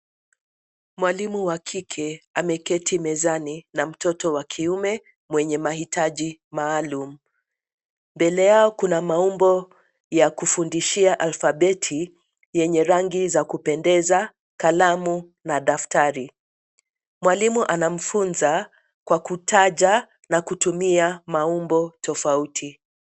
Mwalimu wa kike ameketi mezani na mtoto wa kiume mwenye mahitaji maalum. Mbele yao kuna maumbo ya kufundishia alfabeti yenye rangi za kupendeza, kalamu na daftari. Mwalimu anamfunza kwa kutaja na kutumia maumbo tofauti.